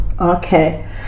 Okay